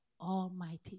Almighty